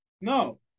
No